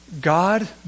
God